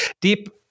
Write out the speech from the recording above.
deep